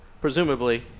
presumably